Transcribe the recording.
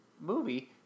movie